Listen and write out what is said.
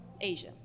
Asia